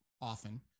often